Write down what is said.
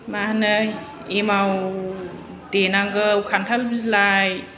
मा होनो एमाव देनांगौ खानथाल बिलाइ